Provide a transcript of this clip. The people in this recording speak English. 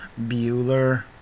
Bueller